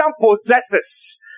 possesses